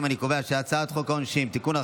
את הצעת חוק העונשין (תיקון,